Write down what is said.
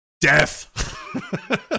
Death